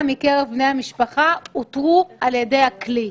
מקרב בני המשפחה אותרו על ידי הכלי.